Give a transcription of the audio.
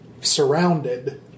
Surrounded